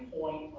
point